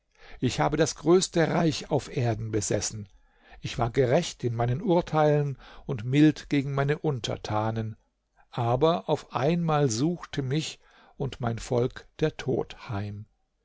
ich habe das größte reich auf erden besessen ich war gerecht in meinen urteilen und mild gegen meine untertanen aber auf einmal suchte mich und mein volk der tod heim